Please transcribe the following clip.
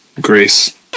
grace